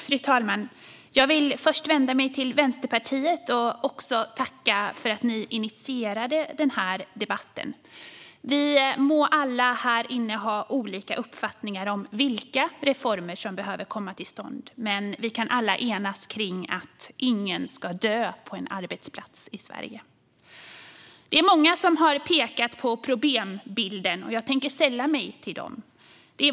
Fru talman! Jag vill först vända mig till Vänsterpartiet och tacka för att ni initierade den här debatten! Vi må alla här inne ha olika uppfattningar om vilka reformer som behöver komma till stånd, men vi kan alla enas om att ingen ska dö på en arbetsplats i Sverige. Det är många som har pekat på problembilden, och jag tänker också sälla mig till dem.